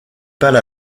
pâles